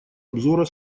обзора